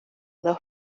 dos